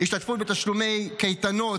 השתתפות בתשלומי קייטנות,